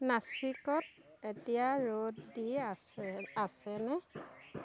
নাচিকত এতিয়া ৰ'দ দি আছে আছেনে